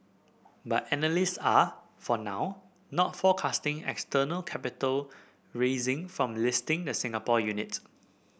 but analysts are for now not forecasting external capital raising from listing the Singapore unit